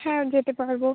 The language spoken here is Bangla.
হ্যাঁ যেতে পারবো